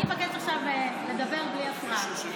אני מבקשת עכשיו לדבר בלי הפרעה.